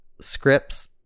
scripts